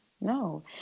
no